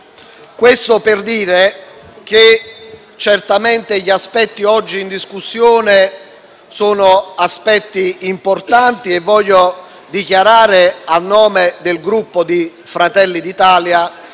Questo per dire che certamente gli aspetti oggi in discussione sono importanti e voglio dichiarare a nome del Gruppo Fratelli d'Italia